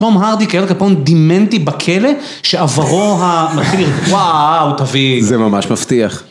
טום הרדי, כאל קאפון דימנטי בכלא שעברו הבכיר. וואו, תביא... זה ממש מבטיח.